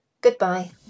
Goodbye